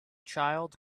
child